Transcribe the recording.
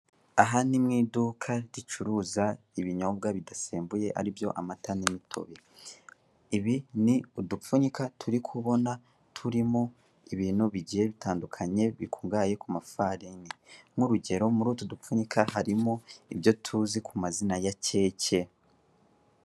Aha ni mu iduka ricuruza ibinyobwa bidasembuye ari byo amata n'imitobe. Ibi ni udupfunyika turikubona turimo ibintu bigiye bitandukanye bikungahaye ku mafarini, nk'urugero muri utu dupfunyika harimo ibyo tuzi ku maina ya keke.